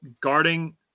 guarding